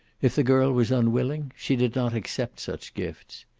if the girl was unwilling, she did not accept such gifts.